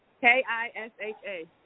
K-I-S-H-A